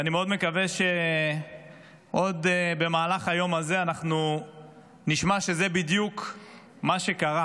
ואני מאוד מקווה שעוד במהלך היום הזה אנחנו נשמע שזה בדיוק מה שקרה.